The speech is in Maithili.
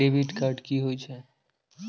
डैबिट कार्ड की होय छेय?